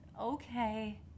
okay